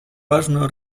важную